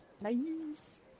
Nice